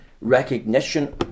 recognition